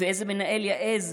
ואיזה מנהל יעז,